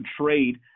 trade